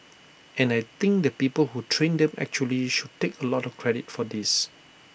and I think the people who trained them actually should take A lot of credit for this